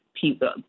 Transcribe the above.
people